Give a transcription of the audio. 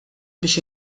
biex